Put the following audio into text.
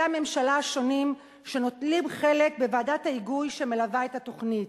הממשלה השונים שנוטלים חלק בוועדת ההיגוי שמלווה את התוכנית.